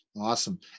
Awesome